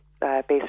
based